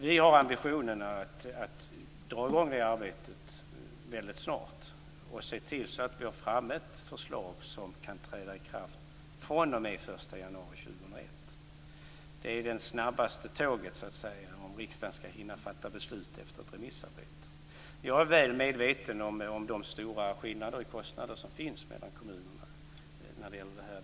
Vi har ambitionen att dra i gång det arbetet snart och att se till att vi får fram ett förslag som kan träda i kraft fr.o.m. den 1 januari år 2001. Det är det snabbaste tåget om riksdagen skall hinna fatta beslut efter ett remissarbete. Jag är väl medveten om de stora skillnader i kostnader som finns mellan kommunerna.